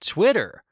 Twitter